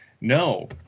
No